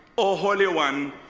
o holy one,